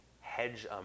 hedge